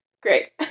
Great